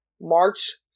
March